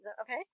okay